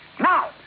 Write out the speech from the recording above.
Now